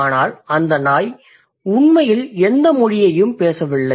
ஆனால் அந்த நாய் உண்மையில் எந்த மொழியையும் பேசவில்லை